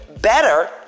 better